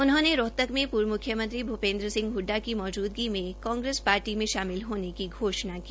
उन्होंने रोहतक में पूर्व मुख्यमंत्री भूपेन्द्र सिंह हडा की मौजूदगी में कांगेस पार्टी में शामिल होने की घोषणा की